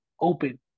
open